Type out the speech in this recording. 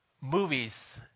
movies